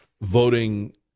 voting